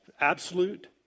absolute